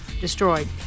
destroyed